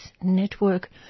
Network